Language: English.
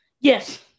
Yes